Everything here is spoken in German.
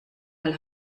mal